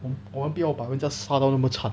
我我们不要把人家杀到那么惨